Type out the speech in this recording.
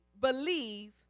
believe